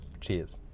Cheers